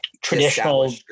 traditional